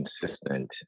consistent